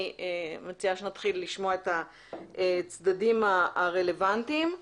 מציעה שנתחיל לשמוע את הצדדים הרלוונטיים.